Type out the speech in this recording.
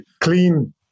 clean